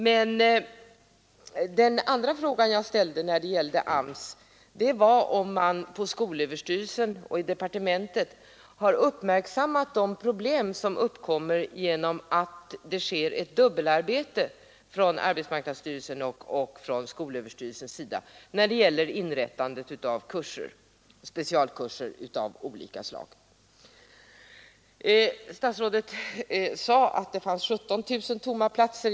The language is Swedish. Men jag frågade också om man på skolöverstyrelsen och i departementet har uppmärksammat de problem som uppstår genom att det sker ett dubbelarbete av arbetsmarknadsstyrelsen och skolöverstyrelsen vid inrättandet av specialkurser av olika slag. Statsrådet sade att det fanns 17 000 tomma platser.